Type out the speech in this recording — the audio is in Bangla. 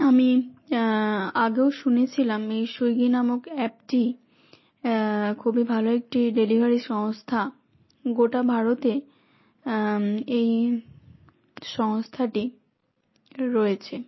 আমি আগেও শুনেছিলাম এই সুইগি নামক অ্যাপটি খুবই ভালো একটি ডেলিভারি সংস্থা গোটা ভারতে এই সংস্থাটি রয়েছে